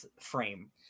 frame